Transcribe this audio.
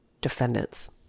defendants